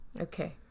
okay